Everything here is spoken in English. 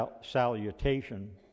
salutation